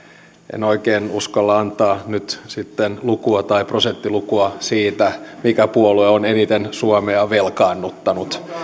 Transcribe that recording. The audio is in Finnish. en oikein uskalla antaa nyt sitten lukua tai prosenttilukua siitä mikä puolue on eniten suomea velkaannuttanut